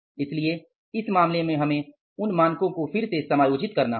इसलिए इस मामले में हमें उन मानकों को फिर से समायोजित करना होगा